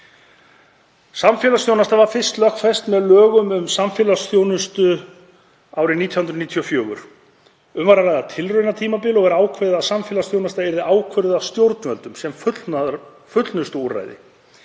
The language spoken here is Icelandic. Samfélagsþjónusta var fyrst lögfest með lögum um samfélagsþjónustu, nr. 55/1994. Um var að ræða tilraunatímabil og var ákveðið að samfélagsþjónusta yrði ákvörðuð af stjórnvöldum sem fullnustuúrræði.